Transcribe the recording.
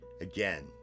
Again